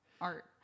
art